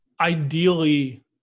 ideally –